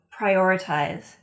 prioritize